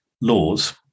laws